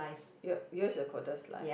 your yours a quarter slice